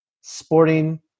sporting